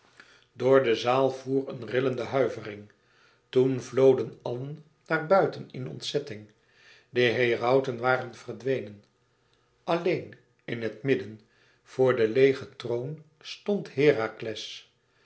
door de zaal voer een rillende huivering toen vloden allen naar buiten in ontzetting de herauten waren verdwenen alleen in het midden voor den leêgen troon stond herakles